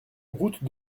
route